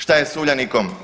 Šta je sa Uljanikom?